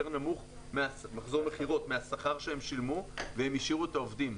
נמוך מהשכר שהם שילמו והם השאירו את העובדים.